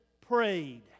prayed